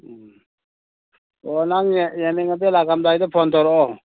ꯎꯝ ꯑꯣ ꯅꯪ ꯌꯦꯡꯅꯤꯡꯉꯗꯤ ꯂꯥꯛꯑꯝꯗꯥꯏꯗ ꯐꯣꯟ ꯇꯧꯔꯛꯑꯣ